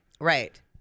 Right